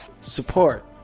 support